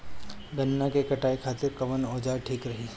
गन्ना के कटाई खातिर कवन औजार ठीक रही?